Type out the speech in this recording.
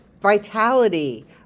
vitality